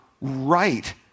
right